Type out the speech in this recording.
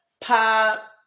pop